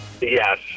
Yes